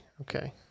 okay